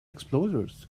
explorers